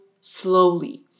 slowly